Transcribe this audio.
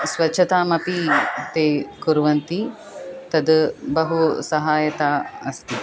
स्वच्छतामपि ते कुर्वन्ति तद् बहु सहायताम् अस्ति